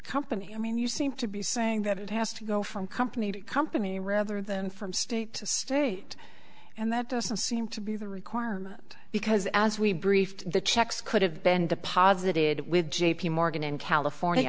company i mean you seem to be saying that it has to go from company to company rather than from state to state and that doesn't seem to be the requirement because as we briefed the checks could have been deposited with j p morgan in california